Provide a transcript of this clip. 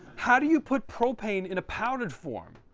how do you put propane in a powdered form?